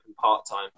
part-time